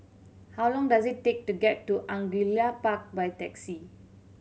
how long does it take to get to Angullia Park by taxi